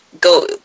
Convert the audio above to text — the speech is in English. go